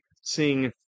sing